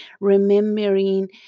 Remembering